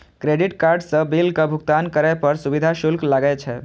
credit card सं बिलक भुगतान करै पर सुविधा शुल्क लागै छै